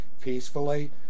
peacefully